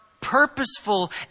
purposeful